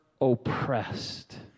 oppressed